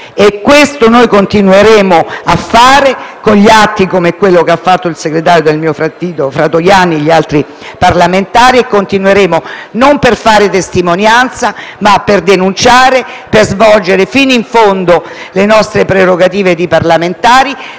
E questo noi continueremo a fare, con atti come quello che ha compiuto il segretario del mio partito Fratoianni, insieme ad altri parlamentari, non per fare testimonianza, ma per denunciare e svolgere fino in fondo le nostre prerogative di parlamentari,